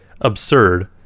absurd